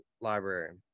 library